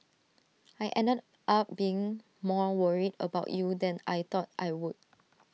I ended up being more worried about you than I thought I would